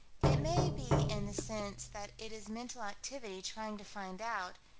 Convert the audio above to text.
it may be in the sense that it is mental activity trying to find out,